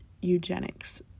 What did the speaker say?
eugenics